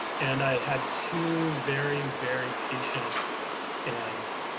and i had two very, very patient and,